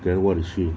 then what is she